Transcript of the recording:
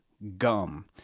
gum